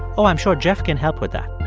ah i'm sure jeff can help with that